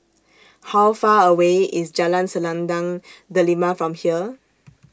How Far away IS Jalan Selendang Delima from here